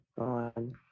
on